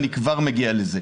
אני כבר מגיע לזה.